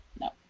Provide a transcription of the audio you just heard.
no